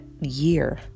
year